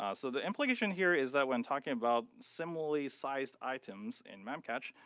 um so the implication here is that when talking about similarly sized items in memcache,